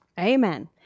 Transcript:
amen